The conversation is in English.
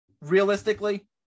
realistically